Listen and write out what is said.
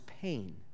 pain